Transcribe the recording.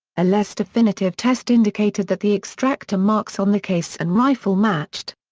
a less definitive test indicated that the extractor marks on the case and rifle matched.